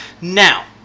Now